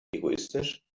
egoistisch